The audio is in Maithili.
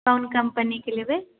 कोन कम्पनी के लेबै